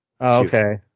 Okay